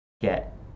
get